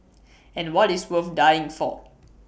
and what is worth dying for